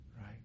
Right